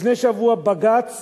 לפני שבוע בג"ץ